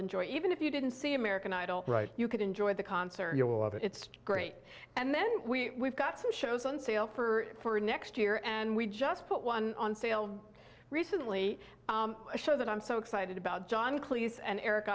enjoy even if you didn't see american idol right you could enjoy the concert your love it's great and then we got some shows on sale for next year and we just put one on sale recently a show that i'm so excited about john cleese and eric